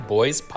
Boys